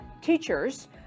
teachers